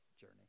journey